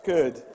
Good